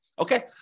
Okay